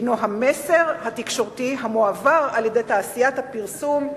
הוא המסר התקשורתי המועבר על-ידי תעשיית הפרסום,